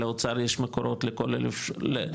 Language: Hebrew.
לאוצר יש מקורות ל-700,